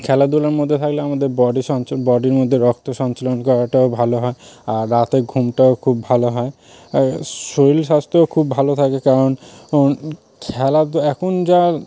খেলাধুলার মধ্যে থাকলে আমাদের বডি বডির মধ্যে রক্ত সঞ্চালন করাটাও ভালো হয় আর রাতে ঘুমটাও খুব ভালো হয় শরীর স্বাস্থ্যও খুব ভালো থাকে কারণ খেলা তো এখন যা